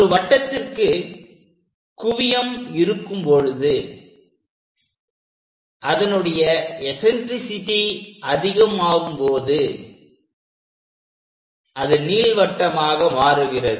ஒரு வட்டத்திற்கு குவியம் இருக்கும் பொழுது அதனுடைய எஸன்ட்ரிசிட்டி அதிகமாகும்போது அது நீள்வட்டமாக மாறுகிறது